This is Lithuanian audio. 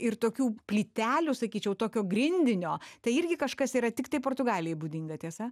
ir tokių plytelių sakyčiau tokio grindinio tai irgi kažkas yra tiktai portugalijai būdinga tiesa